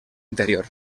interior